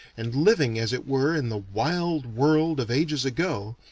and living as it were in the wild world of ages ago,